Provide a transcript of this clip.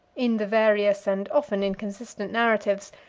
in the various, and often inconsistent, narratives,